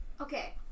Okay